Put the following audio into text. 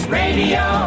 radio